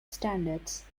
standards